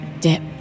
Dip